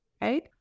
right